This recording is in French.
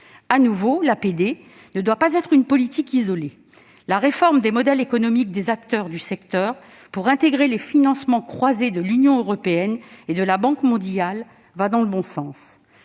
De nouveau, l'APD ne doit pas être une politique isolée. La réforme des modèles économiques des acteurs du secteur pour intégrer les financements croisés de l'Union européenne et de la Banque mondiale va dans le bon sens.